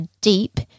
deep